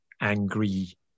angry